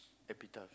epi tough